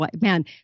man